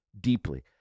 deeply